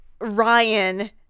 Ryan